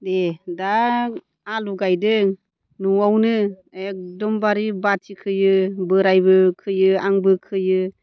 नै दा आलु गायदों न'आवनो एकदमबारि बाथि खोयो बोरायबो खोयो आंबो खोयो